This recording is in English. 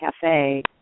cafe